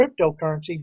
cryptocurrency